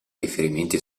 riferimenti